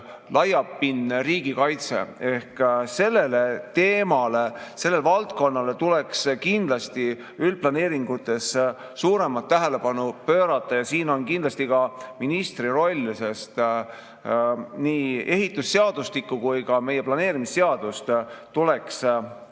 laiapindne riigikaitse. Sellele teemale, sellele valdkonnale tuleks kindlasti üldplaneeringutes suuremat tähelepanu pöörata. Siin on kindlasti ministril roll, sest nii ehitusseadustik kui ka meie planeerimisseadus tuleks